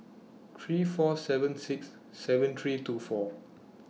three four seven six seven three two four